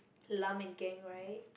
plum and gang right